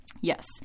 Yes